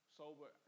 sober